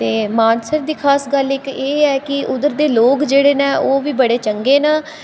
ते मानसर दी खास गल्ल इक एह् ऐ कि उद्धर दे लोग जेह्ड़े न ओह् बी बड़े चंगे न